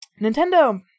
Nintendo